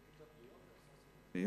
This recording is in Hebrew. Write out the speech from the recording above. שתי כיתות ביום?